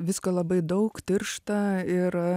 visko labai daug tiršta ir